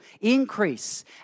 increase